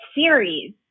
series